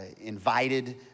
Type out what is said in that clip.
invited